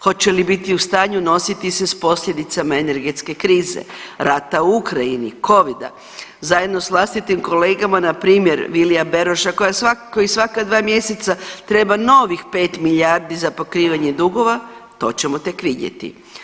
Hoće li biti u stanju nositi se s posljedicama energetske krize, rata u Ukrajini, covida, zajedno s vlastitim kolegama npr. Vilija Beroša koji svaka dva mjeseca treba novih 5 milijardi za pokrivanje dugova, to ćemo tek vidjeti.